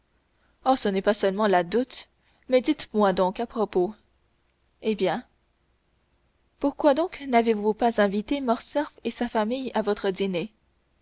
ce n'est pas seulement la dot mais dites-moi donc à propos eh bien pourquoi donc n'avez-vous pas invité morcerf et sa famille à votre dîner